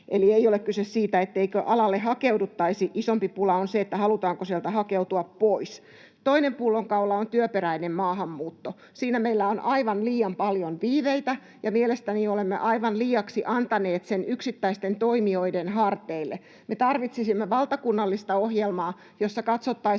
Eli ei ole kyse siitä, etteikö alalle hakeuduttaisi, isompi pulma on se, että halutaanko sieltä hakeutua pois. Toinen pullonkaula on työperäinen maahanmuutto. Siinä meillä on aivan liian paljon viiveitä, ja mielestäni olemme aivan liiaksi antaneet sen yksittäisten toimijoiden harteille. Me tarvitsisimme valtakunnallista ohjelmaa, jossa katsottaisiin,